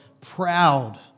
proud